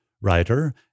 writer